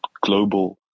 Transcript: global